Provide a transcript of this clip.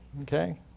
Okay